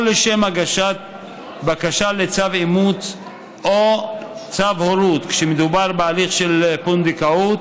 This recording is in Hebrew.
או לשם הגשת בקשה לצו אימוץ או צו הורות כשמדובר בהליך של פונדקאות